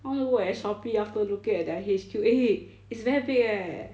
I want to work at shopee after looking at their H_Q eh it's very big eh